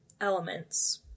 elements